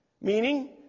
Meaning